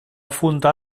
fundar